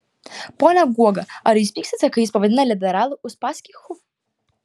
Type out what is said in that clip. pone guoga ar jūs pykstate kai jus pavadina liberalų uspaskichu